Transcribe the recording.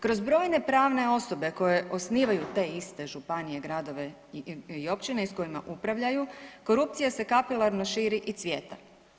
Kroz brojne pravne osobe koje osnivaju te iste županije, gradove i općine i s kojima upravljaju, korupcija se kapilarno širi i cvjeta.